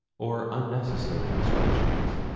or unnecessary descriptions.